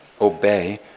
obey